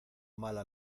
mala